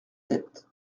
tête